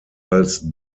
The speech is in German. als